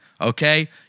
okay